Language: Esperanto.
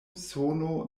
sono